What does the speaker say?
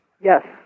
Yes